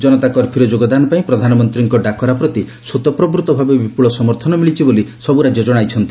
ଜନତା କର୍ଫ୍ୟୁରେ ଯୋଗଦାନ ପାଇଁ ପ୍ରଧାନମନ୍ତ୍ରୀଙ୍କ ଡାକରା ପ୍ରତି ସ୍ୱତଃପ୍ରବୃତ୍ତଭାବେ ବିପୁଳ ସମର୍ଥନ ମିଳିଛି ବୋଲି ସବୁ ରାଜ୍ୟ ଜଣାଇଛନ୍ତି